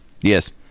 Yes